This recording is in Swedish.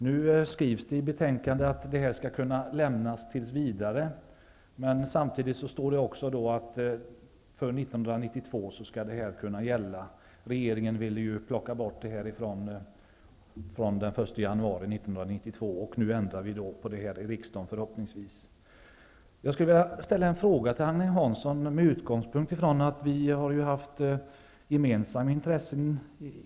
Nu skrivs det i betänkandet att det här skall kunna lämnas tills vidare, men samtidigt står det att det skall få gälla för 1992. Regeringen ville ju ta bort dessa den 1 januari 1992, men nu ändrar vi på det i riksdagen. Jag skulle vilja ställa en fråga till Agne Hansson med utgångspunkt i att vi haft gemensamma intressen.